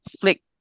Flick